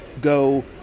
Go